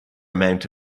amount